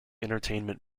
entertainment